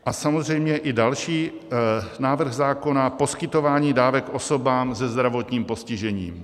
A samozřejmě i další návrh zákona, poskytování dávek osobám se zdravotním postižením.